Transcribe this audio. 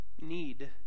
need